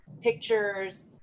pictures